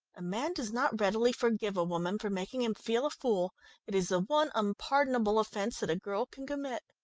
a man does not readily forgive a woman for making him feel a fool it is the one unpardonable offence that a girl can commit.